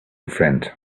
friend